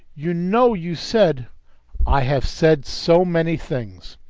you know you said i have said so many things!